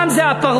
פעם זה הפרוות,